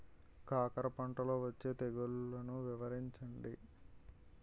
కాకర పంటలో వచ్చే తెగుళ్లను వివరించండి?